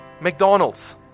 McDonald's